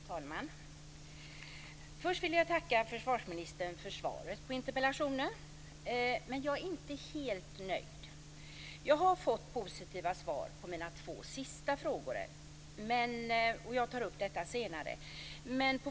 Fru talman! Först vill jag tacka försvarsministern för svaret på interpellationen. Men jag är inte helt nöjd. Jag har fått positiva svar på mina två sista frågor, och jag tar upp dessa senare.